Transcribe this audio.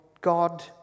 God